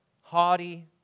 haughty